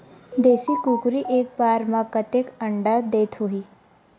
देशी कुकरी एक बार म कतेकन अंडा देत होही?